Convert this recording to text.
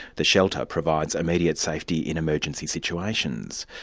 the shelter provides immediate safety in emergency situations.